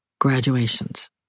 graduations